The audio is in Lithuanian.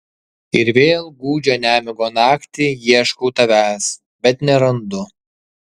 ir vėl gūdžią nemigo naktį ieškau tavęs bet nerandu